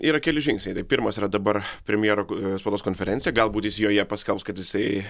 yra keli žingsniai tai pirmas yra dabar premjero spaudos konferencija galbūt jis joje paskelbs kad jisai